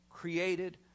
Created